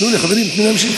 תנו לי, חברים, תנו להמשיך.